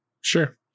Sure